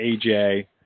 AJ